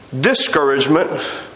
discouragement